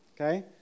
okay